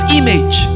image